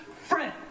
friend